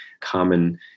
common